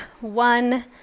one